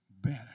better